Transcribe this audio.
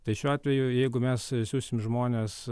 tai šiuo atveju jeigu mes siųsim žmones